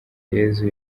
yesu